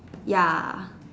ya